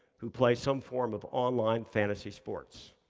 who play some form of online fantasy sports.